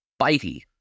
bitey